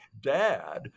Dad